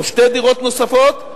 או שתי דירות נוספות,